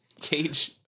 Cage